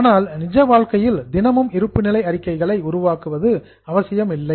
ஆனால் நிஜ வாழ்க்கையில் தினமும் இருப்புநிலை அறிக்கைகளை உருவாக்குவது அவசியமில்லை